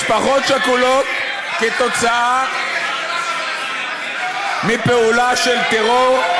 משפחות שכולות כתוצאה מפעולה של טרור,